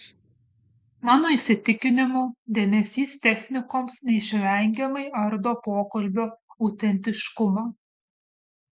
mano įsitikinimu dėmesys technikoms neišvengiamai ardo pokalbio autentiškumą